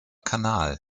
kanal